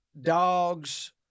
dogs